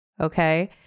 Okay